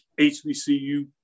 HBCU